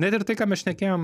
net ir tai ką mes šnekėjom